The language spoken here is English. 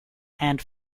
and